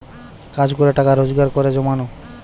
কাজ করে টাকা রোজগার করে জমানো